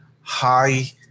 high –